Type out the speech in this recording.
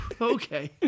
Okay